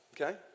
okay